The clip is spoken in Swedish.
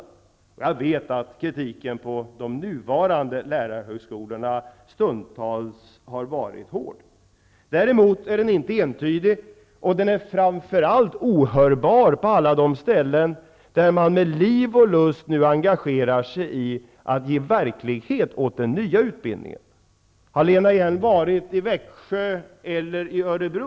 Jag vet att kritiken på de nuvarande lärarhögskolorna stundtals har varit hård. Kritiken är däremot inte entydig, och den är framför allt ohörbar i alla de sammanhang där man med liv och lust nu engagerar sig i att ge verklighet åt den nya utbildningen. Har Lena Hjelm-Wallén nyligen varit i Växjö eller i Örebro?